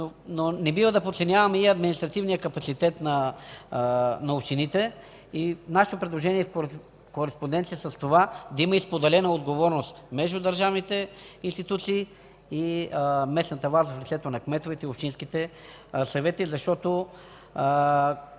Но не бива да подценяваме и административния капацитет на общините. Нашето предложение е в кореспонденция с това да има и споделена отговорност между държавните институции и местната власт в лицето на кметовете и общинските съвети, защото,